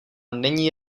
není